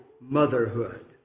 motherhood